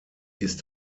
ist